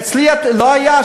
אצלי לא היה,